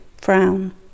frown